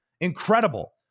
Incredible